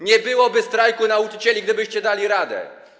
Nie byłoby strajku nauczycieli, gdybyście dali radę.